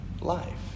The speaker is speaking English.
life